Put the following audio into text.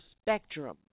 spectrum